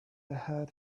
ahead